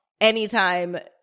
anytime